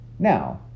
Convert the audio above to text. Now